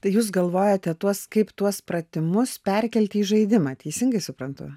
tai jūs galvojate tuos kaip tuos pratimus perkelti į žaidimą teisingai suprantu